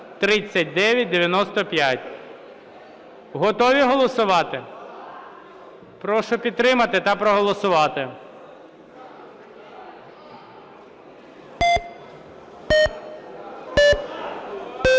Готові голосувати? Прошу підтримати та проголосувати.